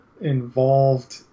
involved